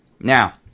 Now